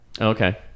Okay